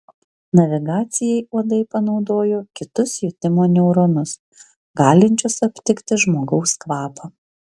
navigacijai uodai panaudojo kitus jutimo neuronus galinčius aptikti žmogaus kvapą